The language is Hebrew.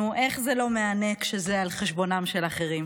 נו, איך זה לא מהנה כשזה על חשבונם של אחרים?